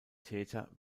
täter